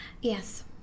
Yes